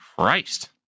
Christ